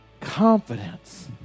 confidence